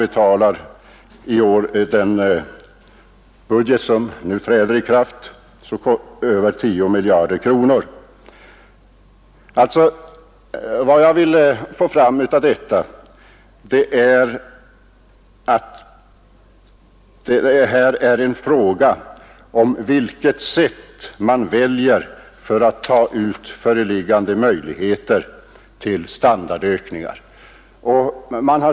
Enligt den budget som nu träder i kraft betalas ut över 10 miljarder kronor i pensioner. Vad jag vill få fram med detta är att saken gäller vilket sätt man väljer för att ta ut föreliggande möjligheter till standardökningar.